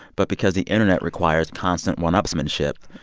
but because the internet requires constant one-upsmanship,